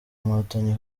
nkotanyi